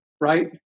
right